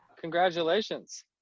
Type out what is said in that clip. Congratulations